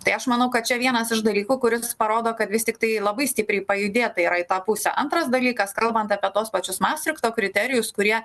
tai aš manau kad čia vienas iš dalykų kuris parodo kad vis tiktai labai stipriai pajudėta yra į tą pusę antras dalykas kalbant apie tuos pačius mastrichto kriterijus kurie